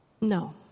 No